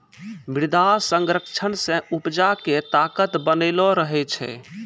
मृदा संरक्षण से उपजा के ताकत बनलो रहै छै